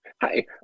Hi